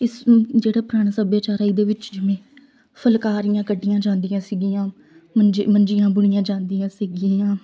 ਇਸ ਨੂੰ ਜਿਹੜਾ ਪੁਰਾਣਾ ਸੱਭਿਆਚਾਰ ਹੈ ਇਹਦੇ ਵਿੱਚ ਜਿਵੇਂ ਫੁਲਕਾਰੀਆਂ ਕੱਢੀਆਂ ਜਾਂਦੀਆਂ ਸੀਗੀਆਂ ਮੰਜੇ ਮੰਜੀਆਂ ਬੁਣੀਆਂ ਜਾਂਦੀਆਂ ਸੀਗੀਆਂ